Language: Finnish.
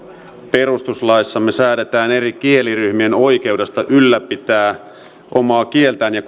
perustuslaissa me säädämme eri kieliryhmien oikeudesta ylläpitää omaa kieltään ja